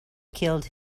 killed